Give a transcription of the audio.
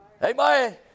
Amen